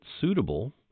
suitable